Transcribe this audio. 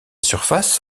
surface